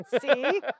See